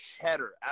cheddar